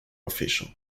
official